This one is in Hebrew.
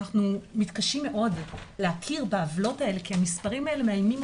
אנחנו מתקשים מאוד להכיר בעוולות האלה כי המספרים האלו מאיימים